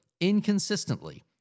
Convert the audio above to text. inconsistently